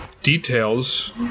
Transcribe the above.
Details